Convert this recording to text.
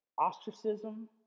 ostracism